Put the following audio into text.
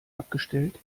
abgestellt